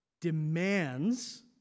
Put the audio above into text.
demands